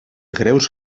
greus